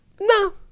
No